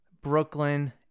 Brooklyn